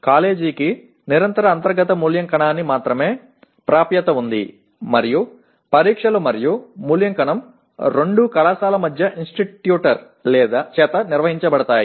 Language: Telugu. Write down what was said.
కాలేజీకి నిరంతర అంతర్గత మూల్యాంకనానికి మాత్రమే ప్రాప్యత ఉంది మరియు పరీక్షలు మరియు మూల్యాంకనం రెండూ కళాశాల లేదా ఇన్స్టిట్యూటర్ చేత నిర్వహించబడతాయి